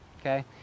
okay